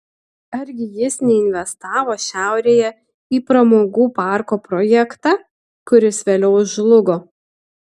argi jis neinvestavo šiaurėje į pramogų parko projektą kuris vėliau žlugo